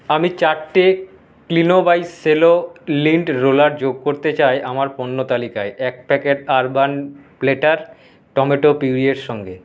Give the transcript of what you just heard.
আমি চারটে Klino by Cello lint roller যোগ করতে চাই আমার পণ্য তালিকায় এক প্যাকেট আরবান প্ল্যাটার টমেটো পিউরিয়ের সঙ্গে